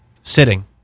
sitting